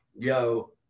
yo